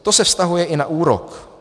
To se vztahuje i na úrok.